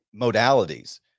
modalities